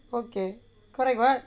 okay correct [what]